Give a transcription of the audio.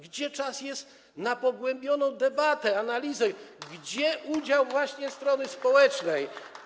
Gdzie jest czas na pogłębioną debatę, analizę, gdzie udział właśnie strony społecznej?